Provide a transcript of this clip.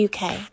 uk